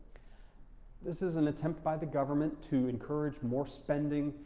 this is an attempt by the government to encourage more spending,